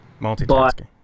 multitasking